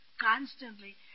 constantly